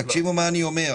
תקשיבו מה אני אומר.